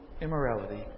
immorality